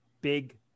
big